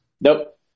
nope